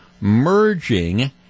merging